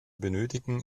benötigen